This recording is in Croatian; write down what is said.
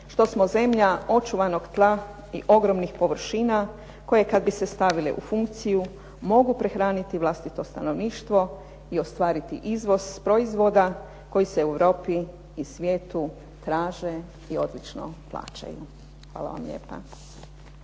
što smo zemlja očuvanog tla i ogromnih površina, koje kada bi se stavile u funkciju, mogu prehraniti vlastito stanovništvo i ostvariti izvoz proizvoda koji se u Europi i svijetu traže i odlično plaćaju. Hvala vam lijepo.